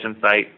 site